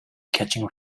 catching